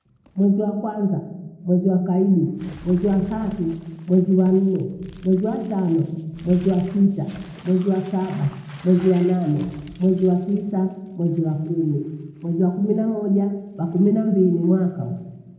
Mwezi wa kwanza, mwezi wakaidi, mwezi wa wantatu, mwezi wa nne, mwezi wa shano, mwezi wa sita, mwezi wa saba, mwezi wa nane, mwezi wa tisa, mwezi wa kumi. Mwezi wa kumi na moja, wakumi na mbili mwaka huo.